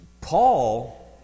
Paul